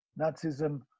Nazism